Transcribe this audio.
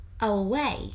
away